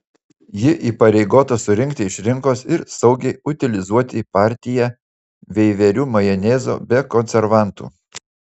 ji įpareigota surinkti iš rinkos ir saugiai utilizuoti partiją veiverių majonezo be konservantų